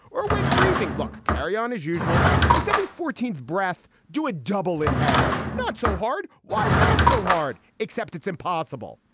or when breathing luck. carry on as usual. just every fourteenth breath. do a double inhale. not so hard. why is that so hard? except it's impossible.